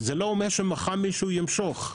זה לא אומר שמחר מישהו ימשוך,